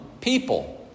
people